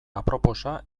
aproposa